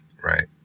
right